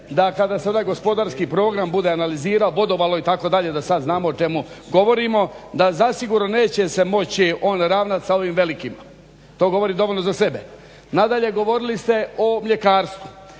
da kada sada gospodarski program bude analizirao bodovalo itd. da sada znamo o čemu govorimo da zasigurno se neće moći on ravnati sa ovim velikima. To govori dovoljno za sebe. Nadalje, govorili ste o mljekarstvu,